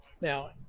Now